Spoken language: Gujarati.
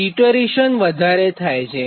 ઇટરેશન વધારે થાય છે